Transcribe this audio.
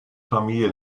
familie